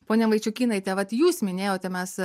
ponia vaičiukynaite vat jūs minėjote mes